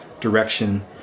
direction